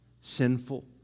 sinful